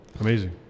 Amazing